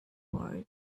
word